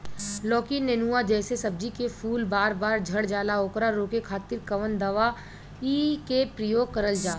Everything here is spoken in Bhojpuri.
लौकी नेनुआ जैसे सब्जी के फूल बार बार झड़जाला ओकरा रोके खातीर कवन दवाई के प्रयोग करल जा?